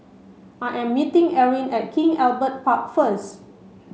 I am meeting Eryn at King Albert Park first